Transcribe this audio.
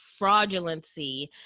fraudulency